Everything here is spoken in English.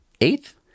Eighth